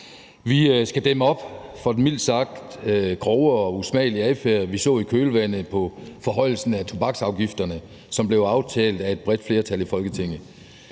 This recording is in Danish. Vi skal dæmme op for den mildt sagt grove og usmagelige adfærd, vi så i kølvandet på forhøjelsen af tobaksafgifterne, som blev aftalt af et bredt flertal i Folketinget.